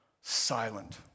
silent